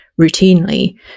routinely